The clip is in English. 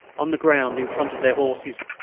on the ground in front of their horses.